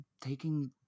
taking